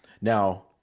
Now